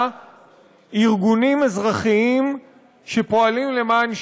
ארגונים אזרחיים שפועלים למען שינוי,